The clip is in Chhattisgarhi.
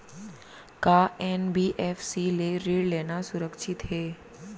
का एन.बी.एफ.सी ले ऋण लेना सुरक्षित हे?